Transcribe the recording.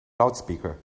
loudspeaker